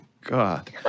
God